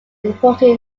important